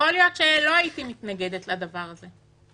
יכול להיות שלא הייתי מתנגדת לדבר הזה,